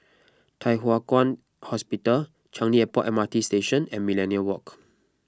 Thye Hua Kwan Hospital Changi Airport M R T Station and Millenia Walk